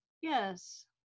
Yes